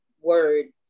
word